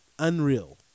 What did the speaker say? unreal